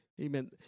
amen